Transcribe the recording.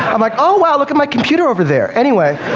um like oh, wow, look at my computer over there. anyway